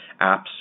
apps